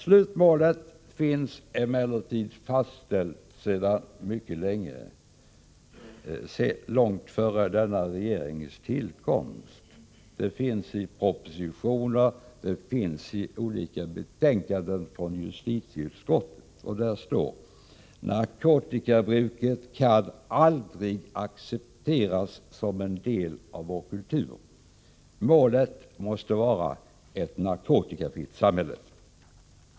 Slutmålet finns emellertid fastställt sedan mycket länge, långt före denna regerings tillkomst. Det finns i propositioner och i olika betänkanden från justitieutskottet: Narkotikabruket kan aldrig accepteras som en del av vår kultur. Målet måste vara ett narkotikafritt samhälle.